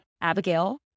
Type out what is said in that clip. Abigail